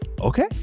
okay